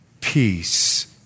peace